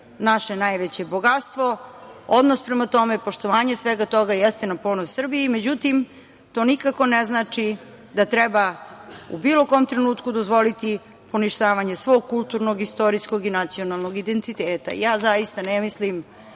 naše najveće bogatstvo. Odnos prema tome, poštovanje svega toga jeste na ponos Srbiji. Međutim, to nikako ne znači da treba u bilo kom trenutku dozvoliti poništavanje svog kulturnog, istorijskog i nacionalnog identiteta. Zaista ne mislim